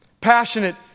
Passionate